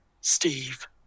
Steve